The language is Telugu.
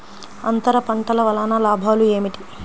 అంతర పంటల వలన లాభాలు ఏమిటి?